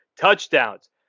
touchdowns